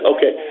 Okay